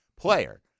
player